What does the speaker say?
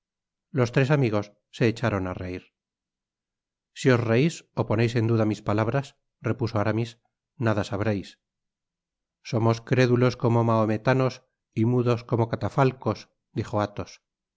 los tres amigos se echaron á reir si os reis ó poneis en duda mis palabras repuso aramis nada sabréis somos crédulos como mahometanos y mudos como catafalcos dijo athos